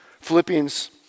Philippians